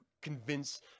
convince